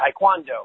Taekwondo